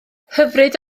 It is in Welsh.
hyfryd